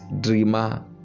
dreamer